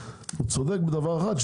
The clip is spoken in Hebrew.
צודק בדבר אחד,